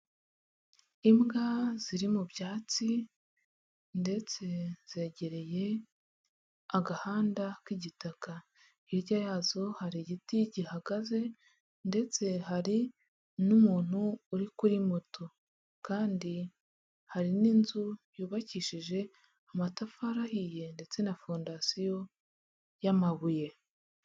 Imbwa ziri mu byatsi ndetse zegereye agahanda k'igitaka, hirya yazo hari igiti gihagaze ndetse hari n'umuntu uri kuri moto kandi hari n'inzu yubakishije amatafari ahiye ndetse na fondasiyo y'amabuye.